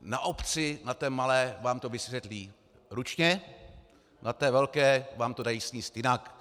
Na obci, na té malé, vám to vysvětlí ručně, na té velké vám to dají sníst jinak.